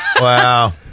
Wow